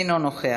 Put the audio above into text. אינו נוכח.